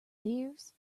dears